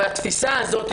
התפיסה הזאת,